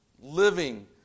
living